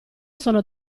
sono